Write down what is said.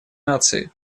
нации